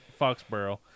Foxborough